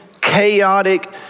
chaotic